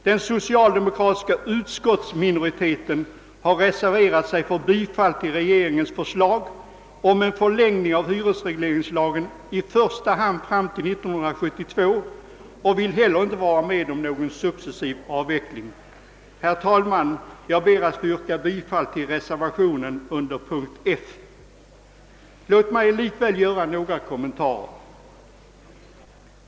Den socialdemokratiska utskottsminoriteten har i detta läge reserverat sig för bifall till regeringens förslag om en förlängning av hyresregleringslagen i första hand fram till 1972 och vill inte heller vara med om någon successiv avveckling. Herr talman! Jag ber att få yrka bifall till reservationen under mom. F i tredje lagutskottets utlåtande nr 50. Låt mig ändå göra några kommentarer.